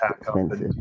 expensive